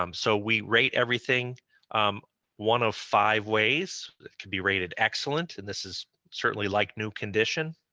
um so we rate everything one of five ways, it can be rated excellent, and this is certainly like new condition,